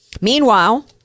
Meanwhile